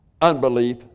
unbelief